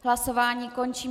Hlasování končím.